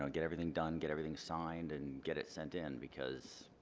and get everything done, get everything signed, and get it sent in, because,